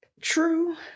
True